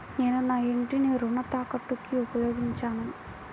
నేను నా ఇంటిని రుణ తాకట్టుకి ఉపయోగించాను